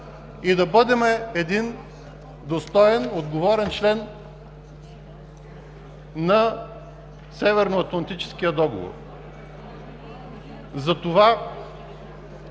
и да бъдем достоен отговорен член на Северноатлантическия договор. Затова